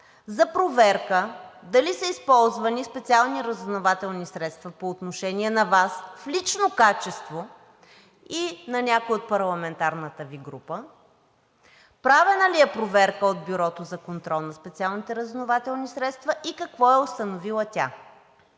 за проверка дали са използвали специални разузнавателни средства по отношение на Вас в лично качество и на някои от парламентарната Ви група? Правена ли е проверка от Бюрото за контрол на специалните разузнавателни средства и какво е установила тя?